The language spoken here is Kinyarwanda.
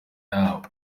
yabo